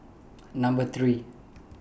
Number three